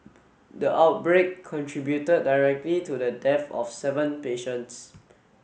the outbreak contributed directly to the death of seven patients